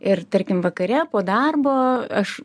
ir tarkim vakare po darbo aš